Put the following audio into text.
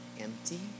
Empty